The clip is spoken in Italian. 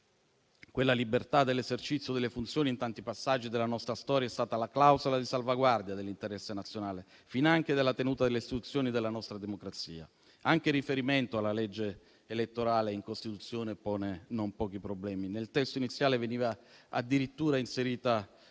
Quella libertà dell'esercizio delle funzioni in tanti passaggi della nostra storia è stata la clausola di salvaguardia dell'interesse nazionale, finanche della tenuta delle istituzioni e della nostra democrazia. Anche in riferimento alla legge elettorale in Costituzione pone non pochi problemi: nel testo iniziale veniva addirittura inserita